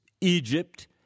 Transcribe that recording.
Egypt